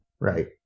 Right